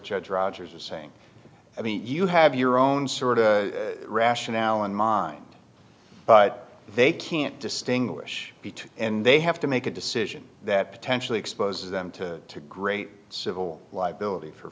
drudgeries are saying i mean you have your own sort of rationale in mind but they can't distinguish between and they have to make a decision that potentially exposes them to great civil liability for